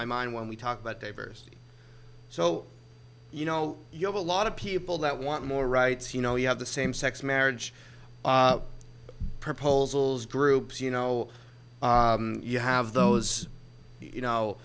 my mind when we talk but they st so you know you have a lot of people that want more rights you know you have the same sex marriage proposals groups you know you have those you know